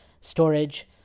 storage